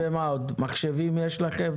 מחשבים יש לכם?